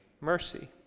mercy